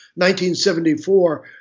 1974